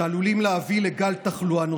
שעלולים להביא לגל תחלואה נוסף.